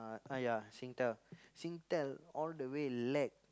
uh ah ya Singtel Singtel all the way lag